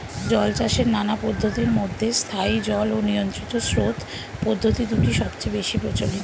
জলচাষের নানা পদ্ধতির মধ্যে স্থায়ী জল ও নিয়ন্ত্রিত স্রোত পদ্ধতি দুটি সবচেয়ে বেশি প্রচলিত